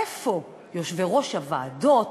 איפה יושבי-ראש הוועדות?